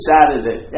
Saturday